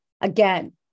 Again